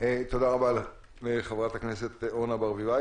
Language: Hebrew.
תודה רבה לך, חברת הכנסת אורנה ברביבאי.